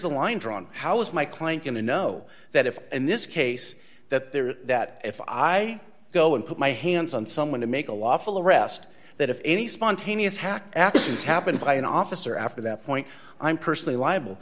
the line drawn how is my client going to know that if in this case that they're that if i go and put my hands on someone to make a lawful arrest that if any spontaneous hack actions happen by an officer after that point i'm personally liable